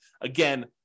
Again